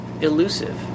elusive